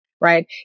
Right